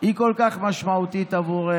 היא כל כך משמעותית עבורנו?